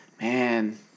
Man